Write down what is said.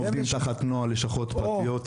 אנחנו עובדים תחת נוהל לשכות פרטיות